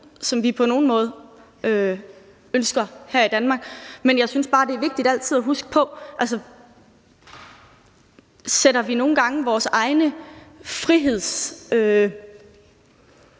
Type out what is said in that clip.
som vi på nogen måde ønsker her i Danmark. Men jeg synes bare, det altid er vigtigt at huske på, om vi nogle gange sætter vores